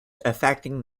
affecting